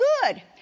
good